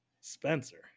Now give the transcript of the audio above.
Spencer